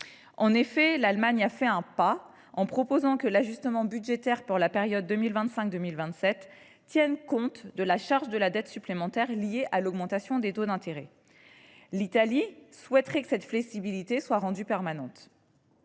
». L’Allemagne a fait un pas, en proposant que l’ajustement budgétaire pour la période 2025 2027 tienne compte de la charge de la dette supplémentaire liée à l’augmentation des taux d’intérêt. L’Italie souhaiterait que cette flexibilité soit rendue permanente.